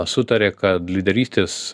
sutarė kad lyderystės